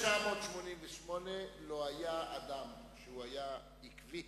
מ-1988 לא היה אדם שהיה עקבי